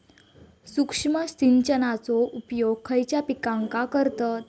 सूक्ष्म सिंचनाचो उपयोग खयच्या पिकांका करतत?